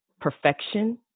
perfection